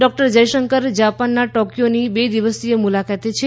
doctor Jaishankar જાપાનના ટોક્યોની બે દિવસીય મુલાકાતે છે